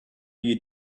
you